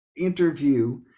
interview